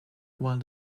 while